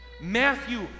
Matthew